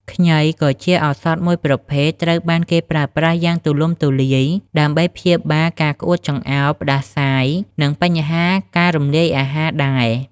ខ្ញី ក៏ជាឱសថមួយប្រភេទ ត្រូវបានគេប្រើប្រាស់យ៉ាងទូលំទូលាយដើម្បីព្យាបាលការក្អួតចង្អោរ ផ្តាសាយ និងបញ្ហាការរំលាយអាហារដែរ។